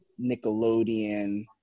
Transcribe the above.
Nickelodeon